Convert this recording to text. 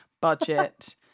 budget